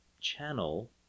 channel